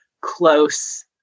close